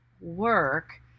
work